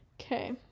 Okay